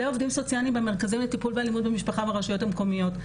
מלא עובדים סוציאליים במרכזים לטיפול באלימות במשפחה ברשויות המקומיות,